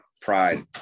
pride